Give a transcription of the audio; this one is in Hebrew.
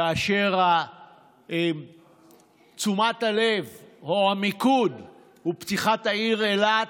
כאשר תשומת הלב או המיקוד הוא פתיחת העיר אילת,